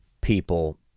people